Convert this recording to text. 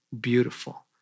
beautiful